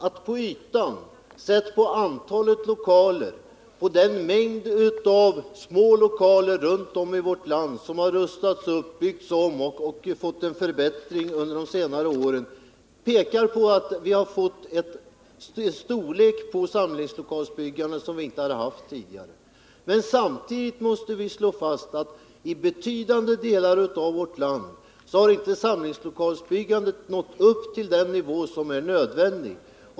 Antalet samlingslokaler runt om i vårt land som har rustats upp och förbättrats under senare år pekar på att samlingslokalsbyggandet har nått en omfattning som det inte har haft tidigare. Men samtidigt måste vi slå fast att samlingslokalsbyggandet i betydande delar av vårt land inte har nått upp till den nivå som är nödvändig.